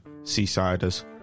Seasiders